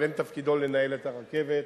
אבל אין תפקידו לנהל את הרכבת,